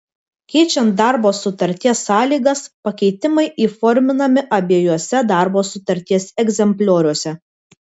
keičiant darbo sutarties sąlygas pakeitimai įforminami abiejuose darbo sutarties egzemplioriuose